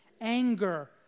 anger